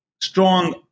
strong